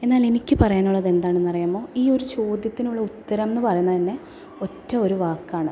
എന്നാൽ എനിക്ക് പറയാനുള്ളത് എന്താണെന്ന് അറിയാമോ ഈ ഒരു ചോദ്യത്തിനുള്ള ഉത്തരമെന്ന് പറയുന്നതു തന്നെ ഒറ്റ ഒരു വാക്കാണ്